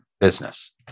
business